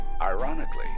Ironically